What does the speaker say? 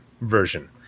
version